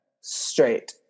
Straight